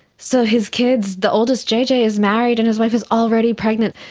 so his kids, the oldest, jj, is married and his wife is already pregnant.